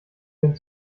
denn